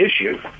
issue